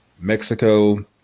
Mexico